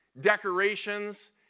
decorations